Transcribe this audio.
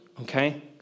okay